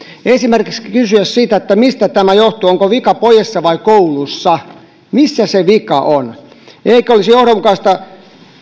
esimerkiksi kysyä sitä mistä tämä johtuu onko vika pojissa vai kouluissa missä se vika on eikö olisi johdonmukaista